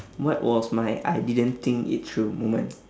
what was my I didn't think it through moment